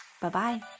Bye-bye